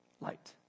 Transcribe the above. Light